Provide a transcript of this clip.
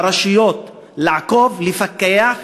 לרשויות, לעקוב, לפקח,